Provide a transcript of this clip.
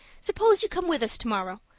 suppose you come with us tomorrow.